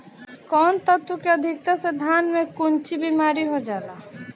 कौन तत्व के अधिकता से धान में कोनची बीमारी हो जाला?